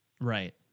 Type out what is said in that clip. Right